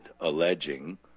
alleging